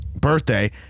birthday